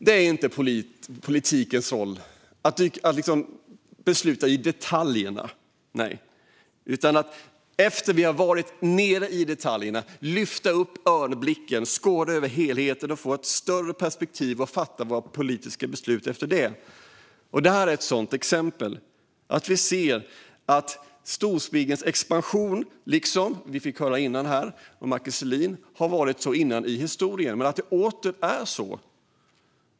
Det är inte politikernas roll att besluta i detaljerna, utan vi ska, när vi har varit nere i detaljerna, använda örnblicken och skåda över helheten, få ett större perspektiv och fatta våra politiska beslut utifrån det. Detta är ett sådant exempel. Vi ser storspiggens expansion. Vi fick höra här av Markus Selin att det har varit så tidigare i historien. Men det är åter så.